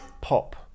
pop